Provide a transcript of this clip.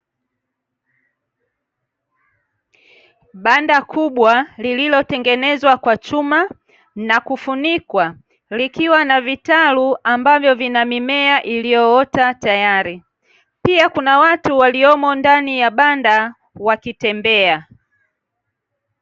Banda kubwa lililotengenezwa kwa chuma na kufunikwa, likiwa na vitalu ambavyo vina mimea iliyoota tayari. Pia kuna watu waliomo ndani ya banda, wakitembea.